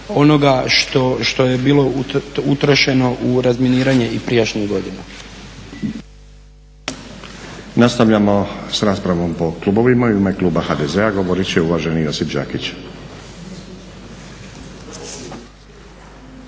onoga što je bilo utrošeno u razminiranje i prijašnjih godina.